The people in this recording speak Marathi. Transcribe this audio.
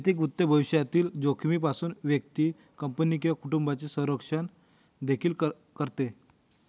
वैयक्तिक वित्त भविष्यातील जोखमीपासून व्यक्ती, कंपनी किंवा कुटुंबाचे संरक्षण देखील करते